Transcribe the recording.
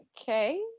Okay